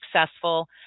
successful